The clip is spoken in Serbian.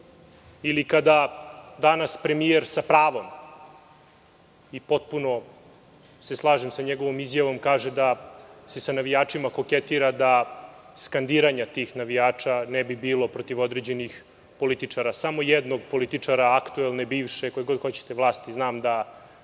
ili kada danas premijer sa pravom i potpuno se tu slažem sa njegovom izjavom kada kaže da se sa navijačima koketira, da skandiranje tih navijača ne bi bilo protiv određenih političara, samo jednog političara, aktuelne, bivše, koje god hoćete vlasti. Znam da